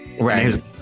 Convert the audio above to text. Right